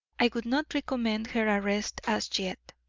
i would not recommend her arrest as yet.